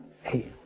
hey